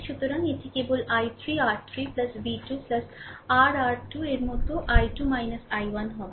সুতরাং এটি কেবল এই I3 r3 v 2 rr2 এর মতো I2 I1 হবে